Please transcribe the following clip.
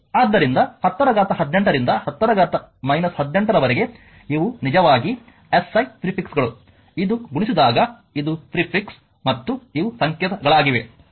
ಆದ್ದರಿಂದ 1018 ರಿಂದ 10 18 ರವರೆಗೆ ಇವು ನಿಜವಾಗಿ ಎಸ್ಐ ಪ್ರೆಫೀಸ್ ಗಳು ಇದು ಗುಣಿಸಿದಾಗ ಇದು ಪ್ರೆಫೀಸ್ ಮತ್ತು ಇವು ಸಂಕೇತಗಳಾಗಿವೆ